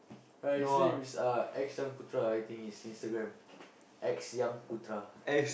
right his name is uh X-Yung-Putra I think his Instagram X-Yung-Putra